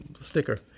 sticker